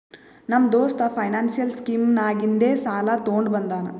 ನಮ್ಮ ದೋಸ್ತ financial scheme ನಾಗಿಂದೆ ಸಾಲ ತೊಂಡ ಬಂದಾನ್